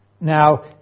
Now